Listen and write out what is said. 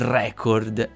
record